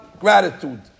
gratitude